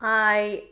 i